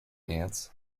ants